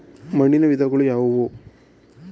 ಮಣ್ಣಿನ ವಿಧಗಳು ಯಾವುವು?